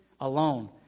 alone